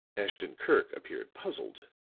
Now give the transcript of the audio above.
ashton-kirk appeared puzzled.